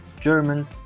German